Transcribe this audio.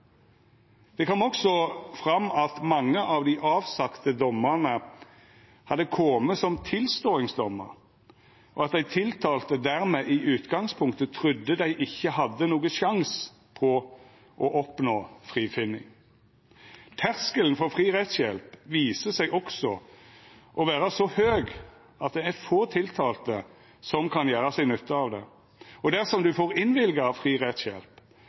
Det kom også fram at mange av dei avsagde dommane hadde kome som tilståingsdommar, og at dei tiltalte dermed i utgangspunktet trudde dei ikkje hadde nokon sjanse til å oppnå frifinning. Terskelen for fri rettshjelp viser seg også å vera så høg at det er få tiltalte som kan gjera seg nytte av det, og dersom ein får innvilga fri rettshjelp,